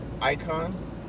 icon